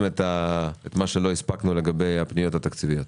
את מה שלא הספקנו לגבי הפניות התקציביות.